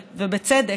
ובצדק,